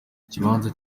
ikibanza